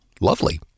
lovely